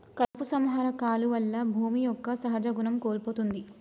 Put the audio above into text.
కలుపు సంహార కాలువల్ల భూమి యొక్క సహజ గుణం కోల్పోతుంది